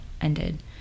ended